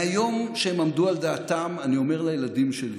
מהיום שהם עמדו על דעתם, אני אומר לילדים שלי: